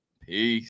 Peace